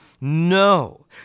No